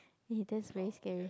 !ee! that's very scary